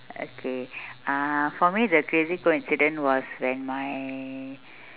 okay uh for me the crazy coincidence was when my